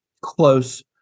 close